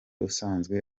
usanzwe